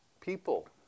people